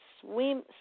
swim